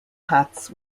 hats